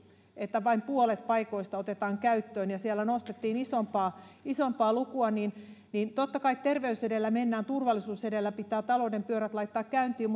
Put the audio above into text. että vain puolet paikoista otetaan käyttöön ja siellä nostettiin isompaa isompaa lukua totta kai terveys edellä mennään turvallisuus edellä pitää talouden pyörät laittaa käyntiin